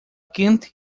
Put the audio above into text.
quente